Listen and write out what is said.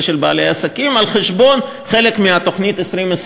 בעלי העסקים על חשבון חלק מתוכנית 2020,